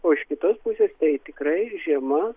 o iš kitos pusės tai tikrai žiema